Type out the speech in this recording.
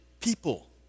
people